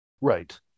Right